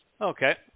Okay